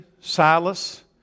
Silas